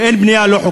ואין בנייה לא חוקית.